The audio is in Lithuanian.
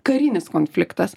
karinis konfliktas